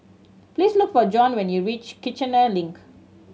please look for Jon when you reach Kiichener Link